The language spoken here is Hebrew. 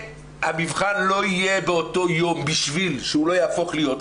המבחן לא יהיה באותו יום בשביל שהוא לא יהפוך להיות,